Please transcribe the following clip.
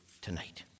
tonight